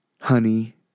Honey